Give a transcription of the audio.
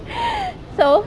so